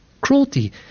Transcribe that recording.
cruelty